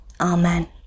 Amen